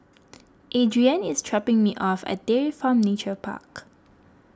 Adrienne is dropping me off at Dairy Farm Nature Park